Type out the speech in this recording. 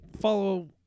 follow